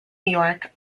york